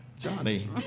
Johnny